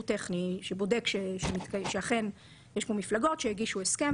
טכני שבודק שאכן יש פה מפלגות שהגישו הסכם.